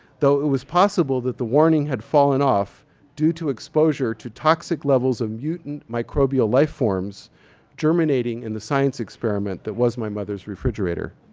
though it was possible that the warning had fallen off due to exposure to toxic levels of mutant microbial life forms germinating in the science experiment that was my mother's refrigerator.